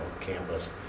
campus